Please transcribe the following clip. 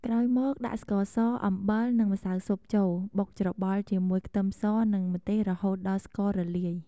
ក្រោយមក ដាក់ស្ករស អំបិល និងម្សៅស៊ុបចូល បុកច្របល់ជាមួយខ្ទឹមសនិងម្ទេសរហូតដល់ស្កររលាយ។